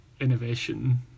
innovation